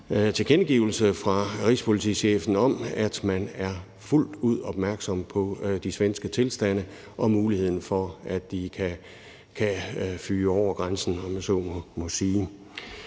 tilkendegivelse fra rigspolitichefen om, at man er fuldt ud opmærksom på de svenske tilstande og muligheden for, at de kan fyge over grænsen, om jeg så må sige.